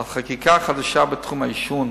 על חקיקה חדשה בתחום העישון,